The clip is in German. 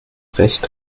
recht